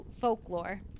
folklore